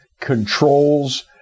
controls